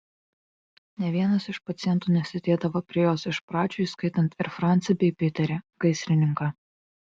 nė vienas iš pacientų nesėdėdavo prie jos iš pradžių įskaitant ir francį bei piterį gaisrininką